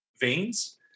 veins